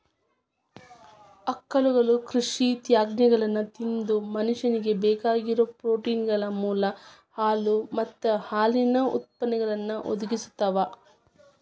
ಆಕಳುಗಳು ಕೃಷಿ ತ್ಯಾಜ್ಯಗಳನ್ನ ತಿಂದು ಮನುಷ್ಯನಿಗೆ ಬೇಕಾಗಿರೋ ಪ್ರೋಟೇನ್ಗಳ ಮೂಲ ಹಾಲು ಮತ್ತ ಹಾಲಿನ ಉತ್ಪನ್ನಗಳನ್ನು ಒದಗಿಸ್ತಾವ